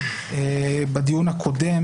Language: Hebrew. בדיון הקודם,